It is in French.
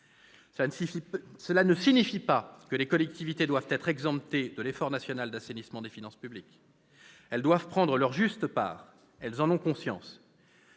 Cela ne signifie pas que les collectivités doivent être exemptées de l'effort national d'assainissement des finances publiques. Elles doivent prendre leur juste part, et elles en ont conscience.